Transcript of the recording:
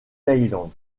thaïlande